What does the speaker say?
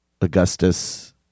Augustus